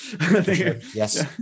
yes